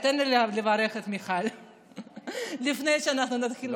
תן לי לברך את מיכל לפני שאנחנו נתחיל לריב פה.